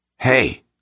Hey